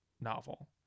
novel